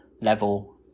level